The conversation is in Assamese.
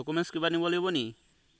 ডকুমেণ্টছ কিবা নিব লাগিব নেকি